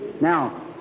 now